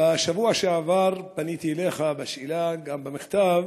בשבוע שעבר פניתי אליך בשאלה במכתב